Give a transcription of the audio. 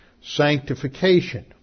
sanctification